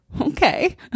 okay